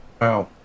Wow